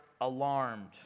alarmed